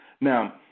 Now